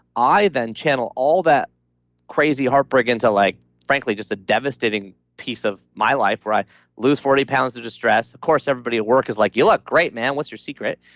i then channel all that crazy heartbreak into like frankly just a devastating piece of my life where i lose forty pounds to the stress of course, everybody at work is like, you look great, man. what's your secret?